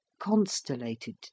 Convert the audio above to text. constellated